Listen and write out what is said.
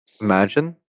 imagine